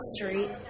Street